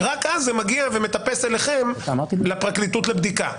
ורק אז זה מגיע ומטפס אליכם לפרקליטות לבדיקה.